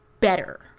better